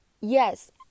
Yes